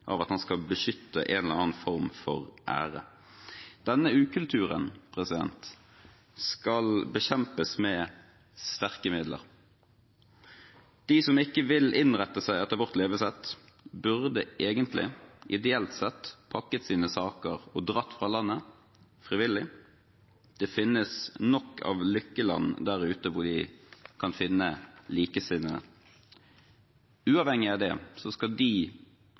om at man skal beskytte en eller annen form for ære. Denne ukulturen skal bekjempes med sterke midler. De som ikke vil innrette seg etter vårt levesett, burde egentlig, ideelt sett, pakket sine saker og dratt fra landet frivillig. Det finnes nok av lykkeland der ute hvor de kan finne likesinnede. Uavhengig av det skal de